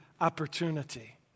opportunity